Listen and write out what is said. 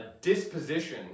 disposition